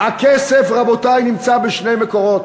הכסף, רבותי, נמצא בשני מקורות: